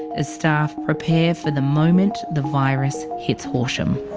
as staff prepare for the moment the virus hits horsham.